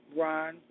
Ron